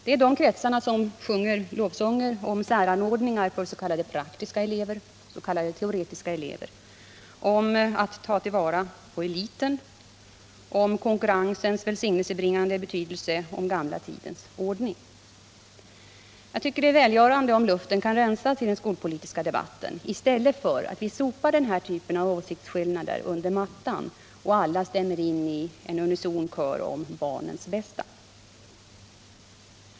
Det är de kretsarna som sjunger lovsånger om säranordningar för s.k. praktiska elever och teoretiska begåvningar, om att ta vara på ”eliten”, om konkurrensens välsignelsebringande betydelse, om den gamla tidens ordning. Jag tycker det är välgörande om luften kan rensas i den skolpolitiska debatten i stället för att vi sopar den här typen av åsiktsskillnader under mattan och alla stämmer in i en unison kör om ”barnens bästa”.